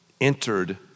entered